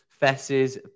fesses